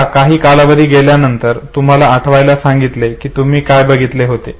आता काही कालावधी गेल्यानंतर तुम्हाला आठवायला सांगितले कि तुम्ही काय पहिले होते